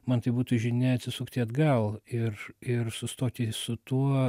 man tai būtų žinia atsisukti atgal ir ir sustoti su tuo